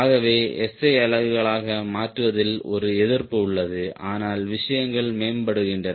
ஆகவே SI அலகுகளாக மாற்றுவதில் ஒரு எதிர்ப்பு உள்ளது ஆனால் விஷயங்கள் மேம்படுகின்றன